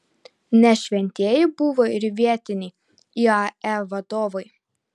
ne šventieji buvo ir vietiniai iae vadovai